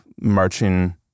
marching